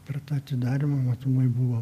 per tą atidarymą matomai buvo